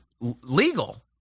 legal